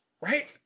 Right